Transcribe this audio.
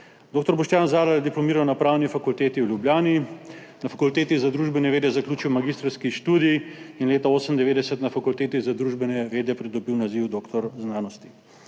Dr. Boštjan Zalar je diplomiral na Pravni fakulteti v Ljubljani, na Fakulteti za družbene vede je zaključil magistrski študij in leta 1998 na Fakulteti za družbene vede pridobil naziv doktor znanosti.